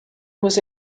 was